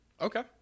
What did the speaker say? Okay